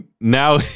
now